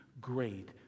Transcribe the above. great